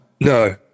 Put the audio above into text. no